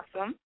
Awesome